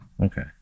Okay